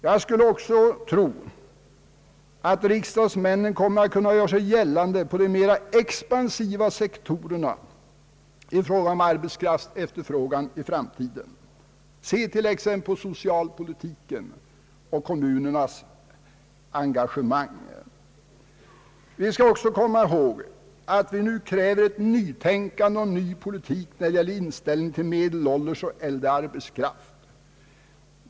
Jag skulle också tro att riksdagsmännen kommer att kunna göra sig gällande på de mera expansiva sektorerna när det gäller arbetskraftsefterfrågan i framtiden. Se t.ex. på socialpolitiken och kommunernas engagemang där. Vi skall även komma ihåg, att vi nu kräver ett nytänkande och en ny politik när det gäller inställningen till medelålders och äldre arbetskraft.